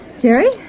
Jerry